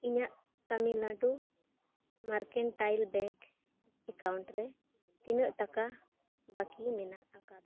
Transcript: ᱤᱧᱟᱹᱜ Tamilnadu mercantile bank account ᱨᱮ ᱛᱤᱱᱟᱹᱜ ᱴᱟᱠᱟ ᱵᱟᱹᱠᱤ ᱢᱮᱱᱟᱜ ᱟᱠᱟᱫᱟ